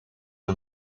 een